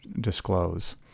disclose